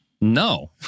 no